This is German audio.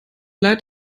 leid